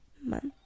month